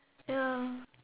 ya